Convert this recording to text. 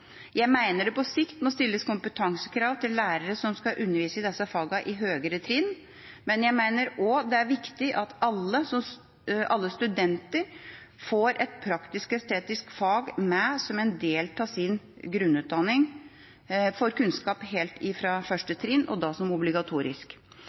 Jeg mener det på sikt må stilles kompetansekrav til lærere som skal undervise i disse fagene i høyere trinn, men jeg mener også at det er viktig at alle studenter får et praktisk-estetisk fag med som en del av sin grunnutdanning, får kunnskap helt fra